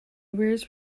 weirs